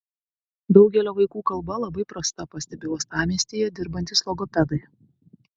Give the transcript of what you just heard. daugelio vaikų kalba labai prasta pastebi uostamiestyje dirbantys logopedai